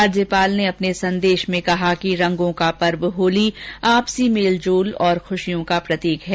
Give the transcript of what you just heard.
राज्यपाल ने अपने संदेश में कहा कि रंगों का पर्व होली आपसी मेल जोल और ख्रशियों का प्रतीक है